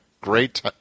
great